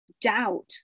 doubt